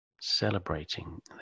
celebrating